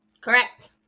Correct